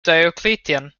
diocletian